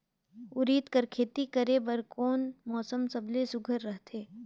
उरीद कर खेती करे बर कोन मौसम सबले सुघ्घर रहथे?